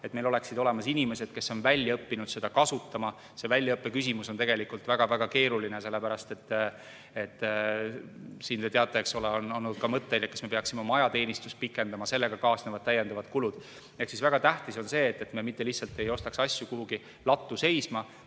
et meil oleksid olemas inimesed, kes on välja õppinud seda kasutama. See väljaõppe küsimus on tegelikult väga-väga keeruline, sellepärast et siin, nagu te teate, eks ole, on olnud ka mõtteid, kas me peaksime oma ajateenistust pikendama, ja sellega kaasnevad täiendavad kulud. Ehk väga tähtis on see, et me mitte lihtsalt ei ostaks asju kuhugi lattu seisma,